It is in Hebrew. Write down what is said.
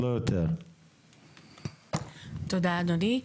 תודה אדוני.